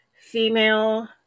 female